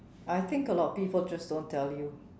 I think a lot of people just don't tell you